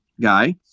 guy